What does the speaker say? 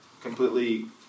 completely